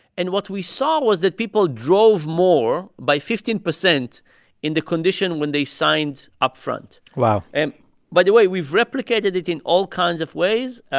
and what we saw was that people drove more by fifteen percent in the condition when they signed upfront wow and by the way, we've replicated it in all kinds of ways,